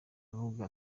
avuga